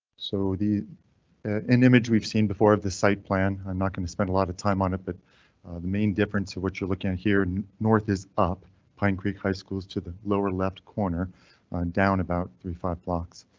so the an image we've seen before of the site plan. i'm not going to spend a lot of time on it, but the main difference of what you're looking at here north is up pine creek high schools to the lower left corner down about three five blocks,